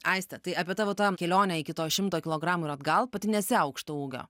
aiste tai apie tavo tą kelionę iki to šimto kilogramų ir atgal pati nesi aukšto ūgio